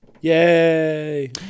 Yay